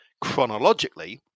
chronologically